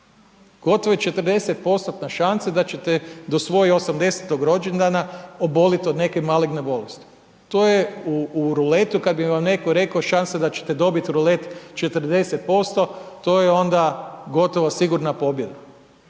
Gotovo je 40%-na šansa da će te do svojeg osamdesetog rođendana oboliti od neke maligne bolesti, to je u ruletu kad bi vam netko rekao šansa da će te dobiti rulet 40%, to je onda gotovo sigurna pobjeda,